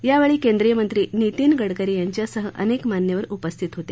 यावेळी केंद्रीय मंत्री नितीन गडकरी यांच्यासह अनेक मान्यवर उपस्थित होते